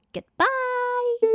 Goodbye